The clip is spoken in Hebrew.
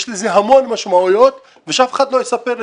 יש לזה המון משמעויות ושאף אחד לא יספר לי